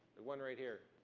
the one right here.